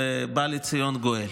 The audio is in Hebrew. ובא לציון גואל.